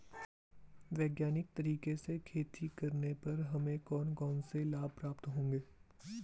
वैज्ञानिक तरीके से खेती करने पर हमें कौन कौन से लाभ प्राप्त होंगे?